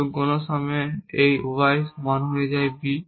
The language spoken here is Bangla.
এবং কোন সময়ে এই y সমান হয়ে যায় b